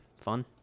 fun